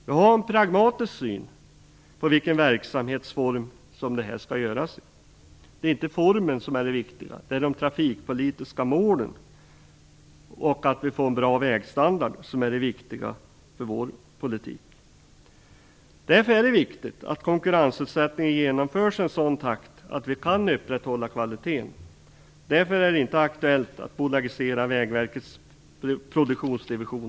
Jag har en pragmatisk syn på vilken verksamhetsform som skall användas. Det är inte formen som är det viktiga, det är de trafikpolitiska målen och att vi får en bra vägstandard som är det viktiga för vår politik. Därför är det viktigt att konkurrensutsättningen genomförs i en sådan takt att vi kan upprätthålla kvaliteten. Av den anledningen är det inte aktuellt att i dagsläget bolagisera Vägverkets produktionsdivision.